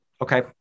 Okay